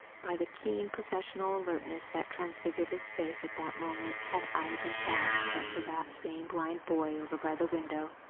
by the keen, professional alertness that transfigured his face at that moment, had eyes and thoughts but for that same blind boy over by the window.